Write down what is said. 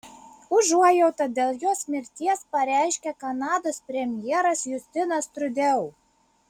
užuojautą dėl jos mirties pareiškė kanados premjeras justinas trudeau